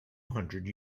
hundred